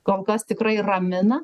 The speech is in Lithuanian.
kol kas tikrai ramina